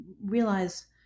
realize